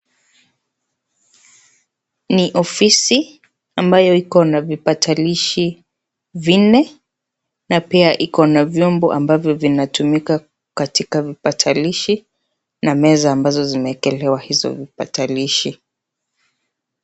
Ni ofisi ambayo iko na vipatalishi vinne na pia iko na vyombo ambavyo vinatumika katika vipatalishi na meza ambazo zimewekelewa hizo vipatalishi.